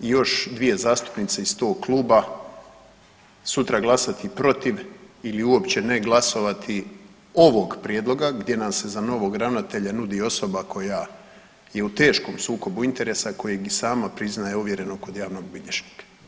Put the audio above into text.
i još 2 zastupnice iz tog Kluba sutra glasati protiv ili uopće ne glasovati ovog Prijedloga, gdje nam se za novog ravnatelja nudi osoba koja je u teškom sukobu interesa, kojeg i sama priznaje, ovjereno kod javnog bilježnika.